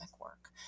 work